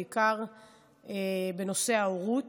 בעיקר בנושא ההורות.